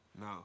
No